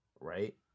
right